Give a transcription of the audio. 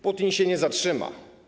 Putin się nie zatrzyma.